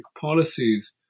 policies